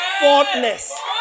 Faultless